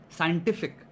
Scientific